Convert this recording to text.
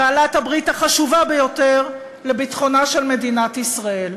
בעלת-הברית החשובה ביותר לביטחונה של מדינת ישראל.